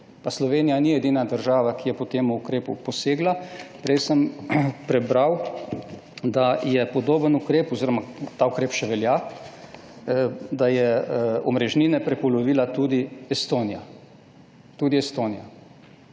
Slovenija ni edina država, ki je posegla po tem ukrepu. Prej sem prebral, da je podoben ukrep oziroma ta ukrep še velja, da je omrežnine prepolovila tudi Estonija. Se pravi,